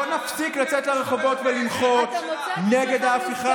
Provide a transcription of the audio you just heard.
לא נפסיק לצאת לרחובות ולמחות נגד ההפיכה